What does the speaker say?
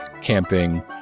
camping